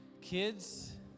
Kids